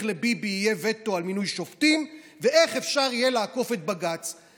איך לביבי יהיה וטו על מינוי שופטים ואיך אפשר יהיה לעקוף את בג"ץ.